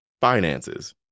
finances